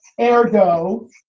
ergo